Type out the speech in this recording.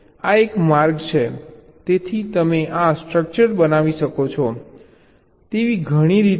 આ એક માર્ગ છે તેથી તમે આ સ્ટ્રકચર બનાવી શકો તેવી ઘણી રીતો છે